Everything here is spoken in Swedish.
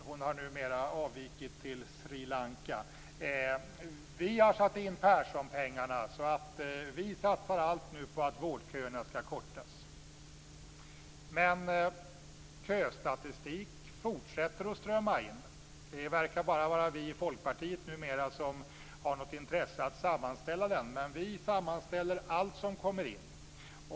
Hon har numera avvikit till Sri Lanka. Vi har satt in Perssonpengarna, så vi satsar allt nu på att vårdköerna skall kortas. Men köstatistik fortsätter att strömma in. Det verkar numera bara vara vi i Folkpartiet som har något intresse av att sammanställa den, men vi sammanställer allt som kommer in.